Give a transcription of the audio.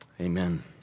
Amen